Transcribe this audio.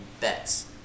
bets